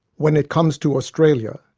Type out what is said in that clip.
when it comes to australia,